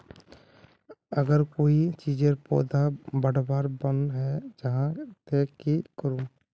अगर कोई चीजेर पौधा बढ़वार बन है जहा ते की करूम?